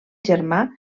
germà